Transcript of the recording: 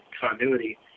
continuity